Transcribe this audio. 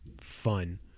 fun